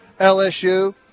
LSU